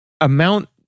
amount